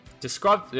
Describe